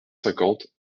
cinquante